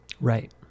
Right